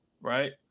right